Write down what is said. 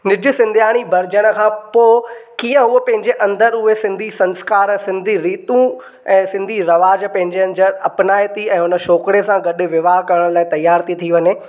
निजु सिंध्याणी बणजण खां पोइ कीअं हुअ पंहिंजे अंदरि उहे सिंधी संस्कार सिंधी रीतूं ऐं सिन्धी रिवाज पंहिंजे अंदरि अपनाए थी ऐं हुन छोकिरे सां गॾु विवाह करणु लाइ तियारु थी थी वञे